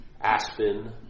Aspen